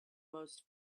most